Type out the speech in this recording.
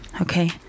okay